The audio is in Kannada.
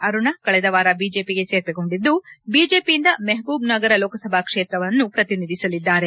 ಅರುಣಾ ಕಳೆದ ವಾರ ಬಿಜೆಪಿಗೆ ಸೇರ್ಪಡೆಗೊಂಡಿದ್ದು ಬಿಜೆಪಿಯಿಂದ ಮೆಹಬೂಬ್ನಗರ ಲೋಕಸಭಾ ಕ್ಷೇತ್ರದಿಂದ ಸ್ವರ್ಧಿಸಲಿದ್ದಾರೆ